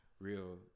real